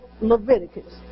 Leviticus